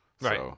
Right